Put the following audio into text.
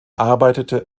arbeitete